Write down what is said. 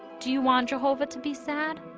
do you want jehovah to be sad?